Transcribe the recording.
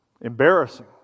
embarrassing